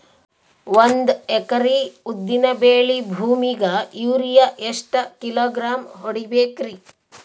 ಒಂದ್ ಎಕರಿ ಉದ್ದಿನ ಬೇಳಿ ಭೂಮಿಗ ಯೋರಿಯ ಎಷ್ಟ ಕಿಲೋಗ್ರಾಂ ಹೊಡೀಬೇಕ್ರಿ?